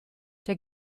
der